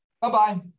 Bye-bye